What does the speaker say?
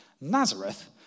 Nazareth